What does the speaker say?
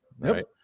right